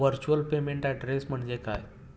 Virtual payment address म्हणजे काय?